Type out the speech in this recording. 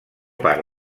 part